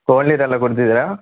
cold ನೀರೆಲ್ಲ ಕುಡಿದಿದ್ದೀರಾ